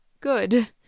good